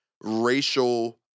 racial